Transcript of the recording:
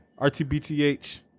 RTBTH